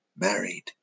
married